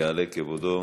יעלה כבודו.